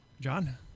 John